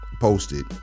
posted